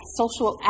social